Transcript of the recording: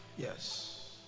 Yes